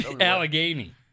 Allegheny